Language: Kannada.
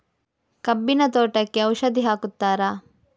ಕಬ್ಬಿನ ತೋಟಕ್ಕೆ ಔಷಧಿ ಹಾಕುತ್ತಾರಾ?